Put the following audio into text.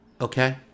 Okay